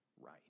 right